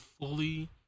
fully